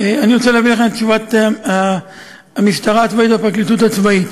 אני רוצה להביא לכם את תשובת המשטרה הצבאית והפרקליטות הצבאית: